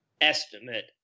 estimate